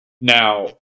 Now